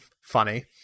funny